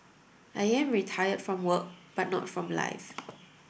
I am retired from work but not from life